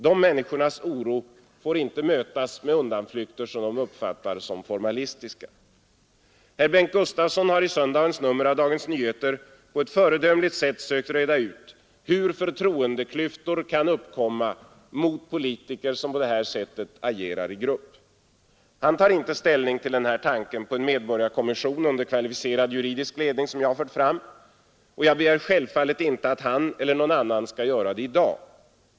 Dessa människors oro får inte mötas med undanflykter som de uppfattar som formalistiska. Herr Bengt Gustavsson har i söndagens nummer av Dagens Nyheter på ett föredömligt sätt sökt reda ut hur förtroendeklyftor kan uppkomma mot politiker som på det här sättet agerar i grupp. Han tar inte ställning till tanken på en medborgarkommission under kvalificerad juridisk ledning som jag fört fram, och jag begär självfallet inte att han eller någon annan skall göra det i dag.